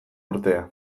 urtea